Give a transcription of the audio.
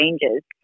changes